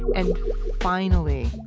and finally,